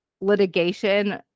litigation